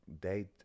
date